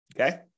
Okay